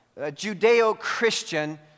Judeo-Christian